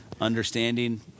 understanding